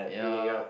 ya